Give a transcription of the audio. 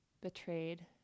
betrayed